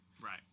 Right